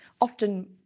often